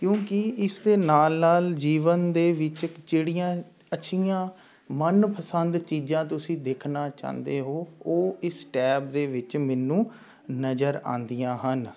ਕਿਉਂਕਿ ਇਸਦੇ ਨਾਲ ਨਾਲ ਜੀਵਨ ਦੇ ਵਿੱਚ ਜਿਹੜੀਆਂ ਅੱਛੀਆਂ ਮਨਪਸੰਦ ਚੀਜ਼ਾਂ ਤੁਸੀਂ ਦੇਖਣਾ ਚਾਹੁੰਦੇ ਹੋ ਉਹ ਇਸ ਟੈਬ ਦੇ ਵਿੱਚ ਮੈਨੂੰ ਨਜ਼ਰ ਆਉਂਦੀਆਂ ਹਨ